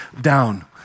down